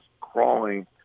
crawling